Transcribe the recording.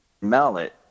Mallet